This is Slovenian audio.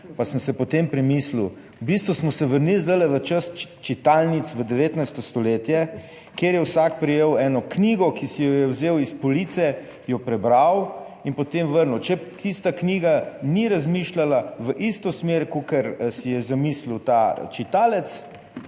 pa sem si potem premislil. V bistvu smo se vrnili zdaj v čas čitalnic, v 19. stoletje, kjer je vsak prejel eno knjigo, ki si jo je vzel iz police, jo prebral in potem vrnil. Če tista knjiga ni razmišljala v isto smer, kakor si je zamislil ta čitalec,